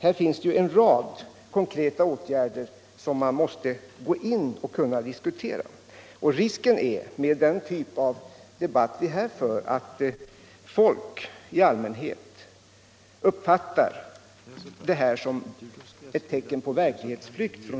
Här finns en rad konkreta åtgärder som måste kunna diskuteras. Risken med den typ av debatt regeringen för är att folk i allmänhet uppfattar den som ett tecken på verklighetsflykt.